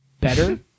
better